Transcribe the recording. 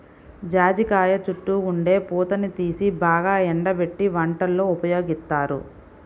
జాజికాయ చుట్టూ ఉండే పూతని తీసి బాగా ఎండబెట్టి వంటల్లో ఉపయోగిత్తారు